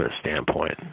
standpoint